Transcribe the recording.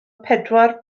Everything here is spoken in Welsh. pedwar